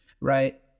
right